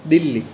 Delhi